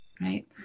right